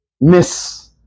miss